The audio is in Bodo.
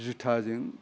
जुताजों